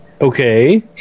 okay